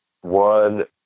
one